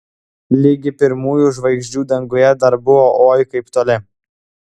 ligi pirmųjų žvaigždžių danguje dar buvo oi kaip toli